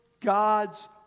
God's